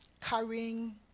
carrying